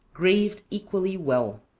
graved equally well.